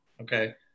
okay